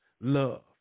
love